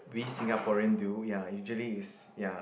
we Singaporean do ya usually is ya